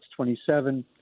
27